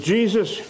Jesus